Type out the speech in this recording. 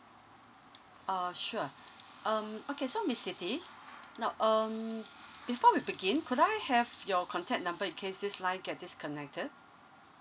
uh sure um okay so miss siti now um before we begin could I have your contact number in case this line get disconnected